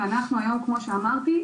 ואנחנו היום כמו שאמרתי,